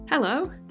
Hello